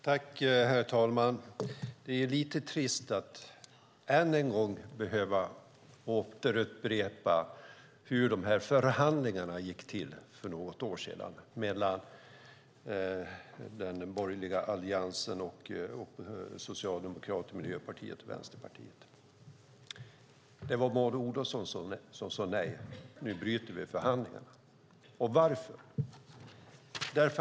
Herr talman! Det är lite trist att ännu en gång behöva upprepa hur förhandlingarna för något år sedan mellan Alliansen, Socialdemokraterna, Miljöpartiet och Vänsterpartiet gick till. Det var Maud Olofsson som sade nej och bröt förhandlingarna. Varför?